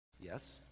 Yes